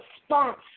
response